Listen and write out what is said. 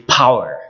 power